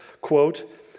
quote